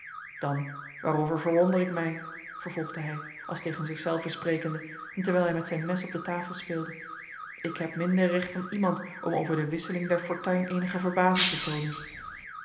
dan waarover verwonder ik mij vervolgde hij als tegen zichzelven sprekende en terwijl hij met zijn mes op de tafel speelde ik heb minder recht dan iemand om over de wisseling der fortuin eenige verbazing te toonen